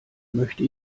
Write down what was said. möchte